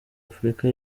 afurika